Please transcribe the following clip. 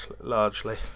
largely